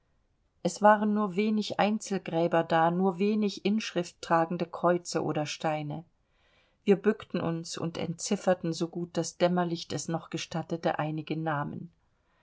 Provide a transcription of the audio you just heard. es waren nur wenig einzelgräber da nur wenig inschrifttragende kreuze oder steine wir bückten uns und entzifferten so gut das dämmerlicht es noch gestattete einige namen